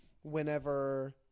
whenever